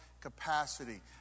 Capacity